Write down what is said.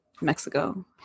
Mexico